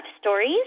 stories